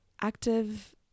active